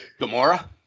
Gamora